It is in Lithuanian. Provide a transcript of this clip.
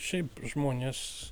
šiaip žmonės